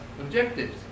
objectives